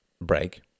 break